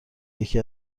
یکی